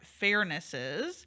fairnesses